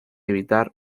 evitar